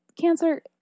Cancer